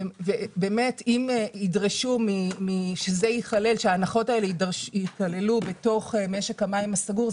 אם ידרשו שההנחות האלה ייכללו בתוך משק המים הסגור,